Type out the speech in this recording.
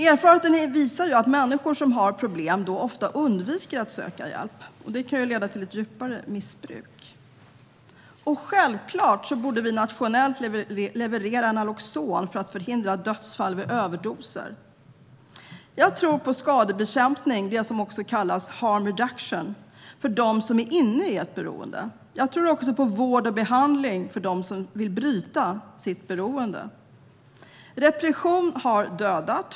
Erfarenheten visar att människor som har problem då ofta undviker att söka hjälp, och det kan leda till ett djupare missbruk. Självklart borde vi nationellt leverera naloxon för att förhindra dödsfall vid överdoser. Jag tror på skadebekämpning - det som också kallas harm reduction - för dem som är inne i ett beroende. Jag tror också på vård och behandling för dem som vill bryta sitt beroende. Repression har dödat.